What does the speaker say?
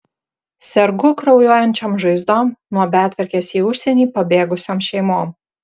sergu kraujuojančiom žaizdom nuo betvarkės į užsienį pabėgusiom šeimom